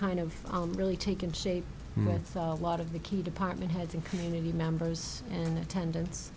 kind of on really taken shape with a lot of the key department heads and community members and attendance